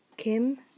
Kim